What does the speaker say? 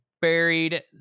buried